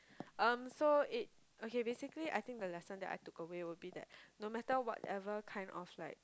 um so it okay basically the lesson that I took away will be that no matter whatever kind of like